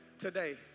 today